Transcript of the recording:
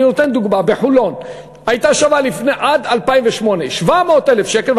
ואני נותן דוגמה: דירה בחולון הייתה עד 2008 שווה 700,000 שקל,